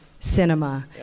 Cinema